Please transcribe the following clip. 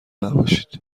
نباشید